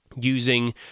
using